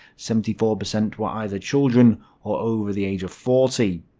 seventy four percent were either children or over the age of forty.